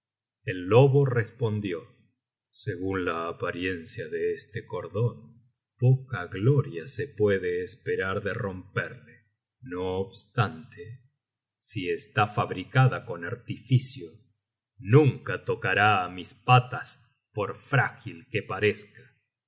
el lobo respondió segun la apariencia de este cordon poca gloria se puede esperar de romperle no obstante si está fabricado con artificio nunca tocará á mis patas por frágil que parezca